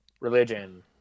religion